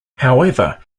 however